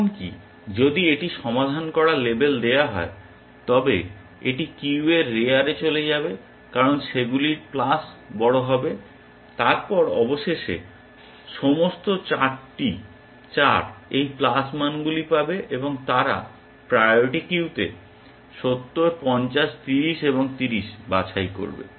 এমনকি যদি এটি সমাধান করা লেবেল দেওয়া হয় তবে এটি কিউয়ের রেয়ারে চলে যাবে কারণ সেগুলির প্লাস বড় হবে। তারপর অবশেষে সমস্ত 4 এই প্লাস মানগুলি পাবে এবং তারা প্রায়োরিটি কিউতে 70 50 30 এবং 30 বাছাই করবে